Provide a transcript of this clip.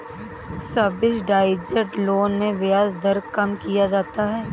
subsidised loan में ब्याज दर कम किया जाता है